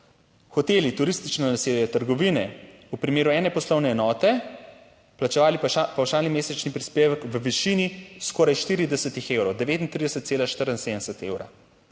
hoteli, turistično naselje, trgovine v primeru ene poslovne enote plačevali pavšalni mesečni prispevek v višini skoraj 40 evrov - 39,74 evra,